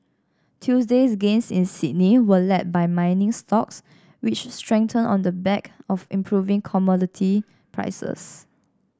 Tuesday's gains in Sydney were led by mining stocks which strengthened on the back of improving commodity prices